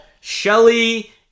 shelly